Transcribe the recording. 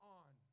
on